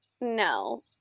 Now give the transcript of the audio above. No